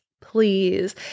please